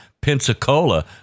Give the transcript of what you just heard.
Pensacola